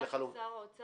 אני לא נציגה של שר האוצר.